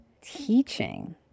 teaching